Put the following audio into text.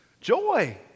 Joy